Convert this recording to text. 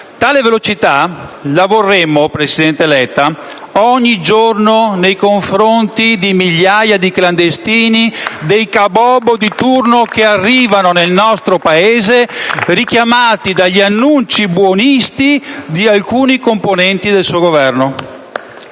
Tale velocità la vorremo, presidente Letta, ogni giorno nei confronti di migliaia di clandestini, dei Kabobo di turno che arrivano nel nostro Paese, richiamati dagli annunci buonisti di alcuni componenti del suo Governo.